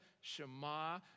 Shema